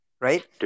Right